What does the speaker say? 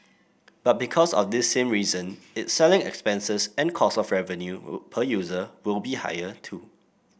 but because of this same reason its selling expenses and cost of revenue per user will be higher too